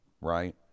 right